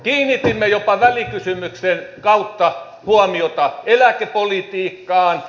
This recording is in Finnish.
kiinnitimme jopa välikysymyksen kautta huomiota eläkepolitiikkaan